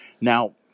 Now